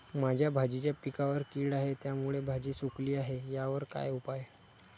माझ्या भाजीच्या पिकावर कीड आहे त्यामुळे भाजी सुकली आहे यावर काय उपाय?